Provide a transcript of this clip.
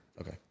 Okay